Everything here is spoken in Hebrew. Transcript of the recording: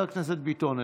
חבר הכנסת ביטון,